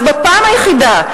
אז בפעם היחידה,